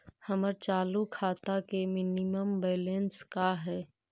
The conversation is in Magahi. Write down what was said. हमर चालू खाता के मिनिमम बैलेंस का हई?